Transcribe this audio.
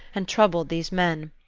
and troubled these men.